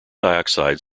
dioxide